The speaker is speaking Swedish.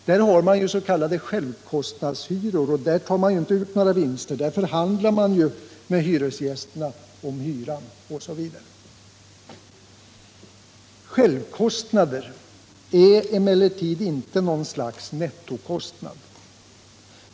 Där har man ju s.k. självkostnadshyror, och där tar man ju inte ut några vinster, utan där förhandlar man med hyresgästerna om hyran, osv. ”Självkostnader” är emellertid inte något slags nettokostnad.